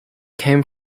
came